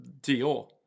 Dior